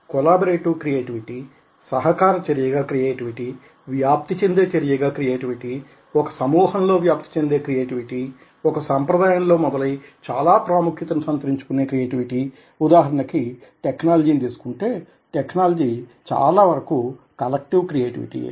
collaborative creativity సహకారచర్య గా creativity వ్యాప్తి చెందే చర్యగా క్రియేటివిటీ ఒక సమూహంలో వ్యాప్తి చెందే క్రియేటివిటీ ఒక సంప్రదాయంలో మొదలయి చాలా ప్రాముఖ్యాన్ని సంతరించుకునే క్రియేటివిటీ ఉదాహరణకి టెక్నాలజీ ని తీసుకుంటే టెక్నాలజీ చాలా వరకూ కలెక్టివ్ క్రియేటివిటీయే